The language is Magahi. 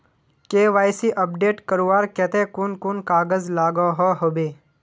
के.वाई.सी अपडेट करवार केते कुन कुन कागज लागोहो होबे?